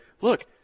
Look